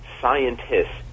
scientists